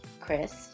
Chris